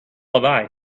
lawaai